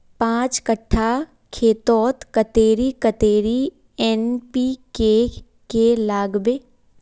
पाँच कट्ठा खेतोत कतेरी कतेरी एन.पी.के के लागबे?